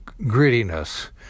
grittiness